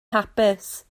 hapus